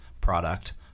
product